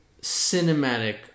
cinematic